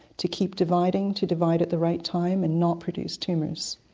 to keep dividing, to divide at the right time and not produce tumours.